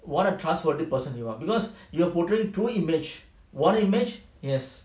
what a trustworthy person you are because you are portraying two image one image yes